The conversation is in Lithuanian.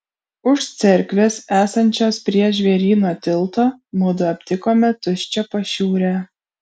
už cerkvės esančios prie žvėryno tilto mudu aptikome tuščią pašiūrę